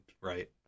right